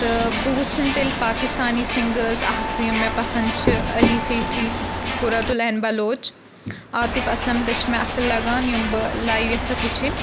تہٕ بہٕ وٕچھن تیٚلہِ پاکِستانی سِنٛگٲرٕس اکھ زِ یِم مےٚ پسنٛد چھِ علی سیٹھی قُرَتُ العین بلوچ عاطف اسلم تہِ چھِ مےٚ اصل لگان یِم بہٕ لایِو یژھکھ وٕچھٕنۍ